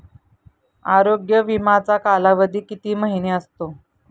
आरोग्य विमाचा कालावधी किती महिने असतो?